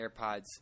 AirPods